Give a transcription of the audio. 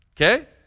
Okay